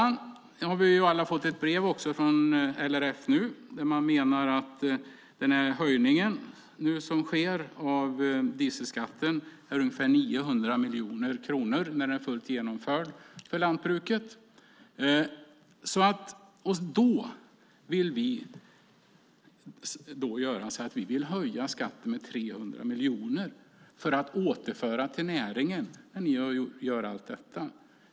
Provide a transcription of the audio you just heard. Nu har alla fått ett brev från LRF där man säger att höjningen av dieselskatten kostar lantbruket ungefär 900 miljoner kronor när den är fullt genomförd. Vi vill höja skatten på handelsgödsel med 300 miljoner för att återföra till näringen medan ni gör allt detta.